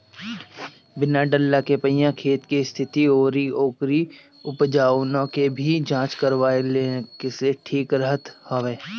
बिया डालला के पहिले खेत के स्थिति अउरी ओकरी उपजाऊपना के भी जांच करवा लेहला से ठीक रहत हवे